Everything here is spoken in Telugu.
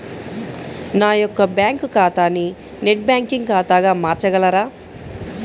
నా యొక్క బ్యాంకు ఖాతాని నెట్ బ్యాంకింగ్ ఖాతాగా మార్చగలరా?